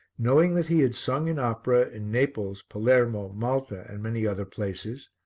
knowing that he had sung in opera in naples, palermo, malta and many other places,